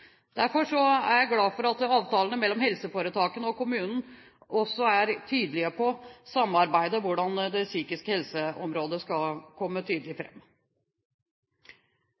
Derfor er jeg glad for at avtalene mellom helseforetakene og kommunene også er tydelige på samarbeidet om hvordan det psykiske helseområdet skal komme tydelig